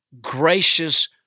gracious